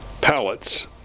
pallets